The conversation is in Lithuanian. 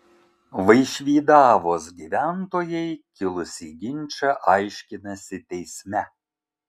vaišvydavos gyventojai kilusį ginčą aiškinasi teisme